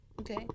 okay